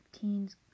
teens